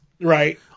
Right